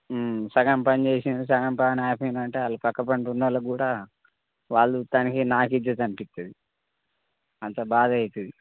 సగం పని చేసినారు సగం పని ఆపినారు అంటే వాళ్ళ పక్కపంటి ఉన్నోళ్ళకు కూడా వాళ్ళకు ఇస్తానికి నాకు ఇజ్జత్ అనిపిస్తుంది అంత బాధ అవుతుంది